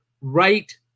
right